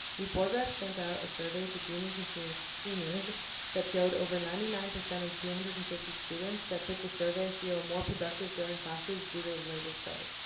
the board reps sent out a survey to juniors and seniors that showed over ninety nine percent of two hundred and fifty students that took the survey feel more productive during classes due to the later start.